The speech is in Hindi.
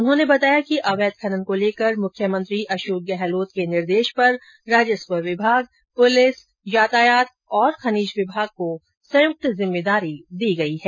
उन्होंने बताया कि अवैध खनन को लेकर मुख्यमंत्री गहलोत के निर्देश पर राजस्व विभाग पुलिस यातायात खनिज विभाग को संयुक्त जिम्मेदारी दी गई है